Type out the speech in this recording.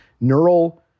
neural